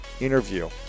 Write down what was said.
interview